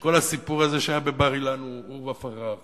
שכל הסיפור הזה שהיה בבר-אילן הוא עורבא פרח